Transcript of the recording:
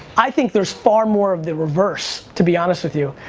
i think there's far more of the reverse to be honest with you.